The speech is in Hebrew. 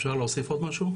אפשר להוסיף עוד משהו?